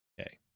Okay